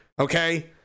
Okay